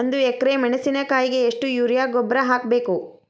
ಒಂದು ಎಕ್ರೆ ಮೆಣಸಿನಕಾಯಿಗೆ ಎಷ್ಟು ಯೂರಿಯಾ ಗೊಬ್ಬರ ಹಾಕ್ಬೇಕು?